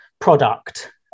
product